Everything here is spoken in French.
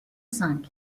cinq